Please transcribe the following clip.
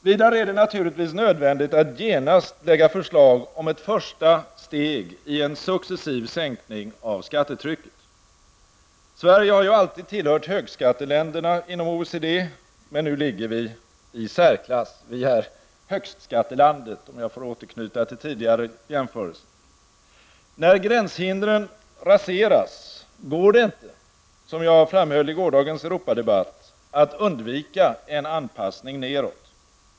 Vidare är det naturligtvis nödvändigt att genast lägga fram förslag om ett första steg i en successiv sänkning av skattetrycket. Sverige har ju alltid tillhört högskatteländerna inom OECD, men nu ligger vi i särklass. Vi är -- om jag får återknyta till tidigare jämförelser -- högstskattelandet''. När gränshindren raseras, går det inte -- som jag framhöll i gårdagens Europadebatt -- att undvika en anpassning nedåt.